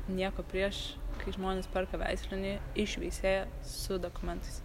nieko prieš kai žmonės perka veislinį iš veisėjo su dokumentais